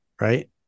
right